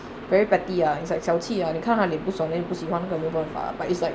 very petty ah it's like 小气 ah 你看他脸不爽 then 你不喜欢有没有办法 but it's like